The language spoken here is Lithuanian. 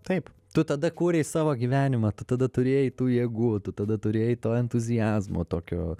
taip tu tada kūrei savo gyvenimą tu tada turėjai tų jėgų tada turėjai to entuziazmo tokio